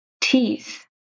Teeth